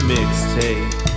Mixtape